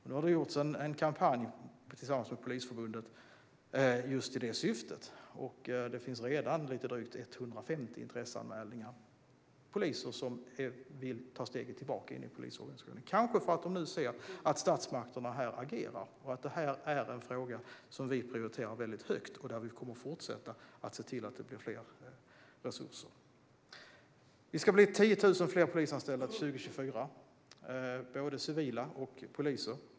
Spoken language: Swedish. Nu har det gjorts en kampanj tillsammans med Polisförbundet i detta syfte, och det finns redan drygt 150 intresseanmälningar från poliser som vill ta steget tillbaka in i polisorganisationen, kanske för att de nu ser att statsmakterna agerar och att detta är en fråga som vi prioriterar väldigt högt och där vi kommer att fortsätta att se till att det blir mer resurser. Det ska bli 10 000 fler polisanställda till 2024, både civila och poliser.